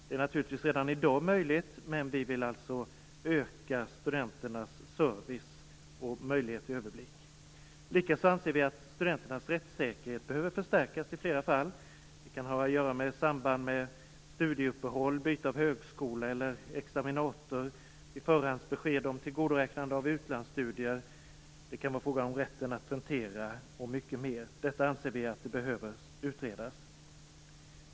Det är naturligtvis redan i dag möjligt, men vi vill alltså öka studenternas service och möjlighet till överblick. Likaså anser vi att studenternas rättssäkerhet behöver stärkas i flera fall. Det kan gälla i samband med studieuppehåll, byte av högskola eller examinator, vid förhandsbesked om tillgodoräknande av utlandsstudier. Det kan vara fråga om rätten att tentera och mycket mer. Detta anser vi behöver utredas.